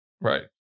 Right